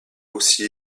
aussi